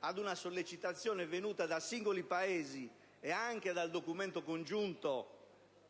ad una sollecitazione venuta da singoli Paesi e anche dal documento congiunto